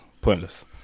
pointless